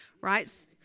right